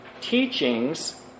teachings